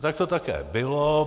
Tak to také bylo.